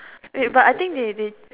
wait but I think they they